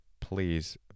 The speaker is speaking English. please